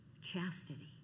chastity